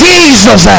Jesus